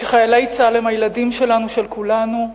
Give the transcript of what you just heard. כי חיילי צה"ל הם הילדים שלנו, של כולנו.